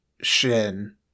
Shin